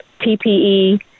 PPE